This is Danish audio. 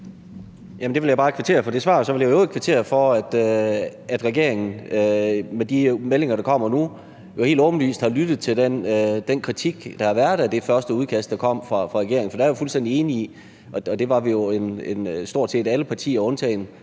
Jeg vil bare kvittere for det svar, og så vil jeg i øvrigt kvittere for, at regeringen med de meldinger, der kommer nu, jo helt åbenlyst har lyttet til den kritik, der har været af det første udkast, der kom fra regeringen. For der gjorde stort set alle partier, undtagen